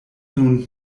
nun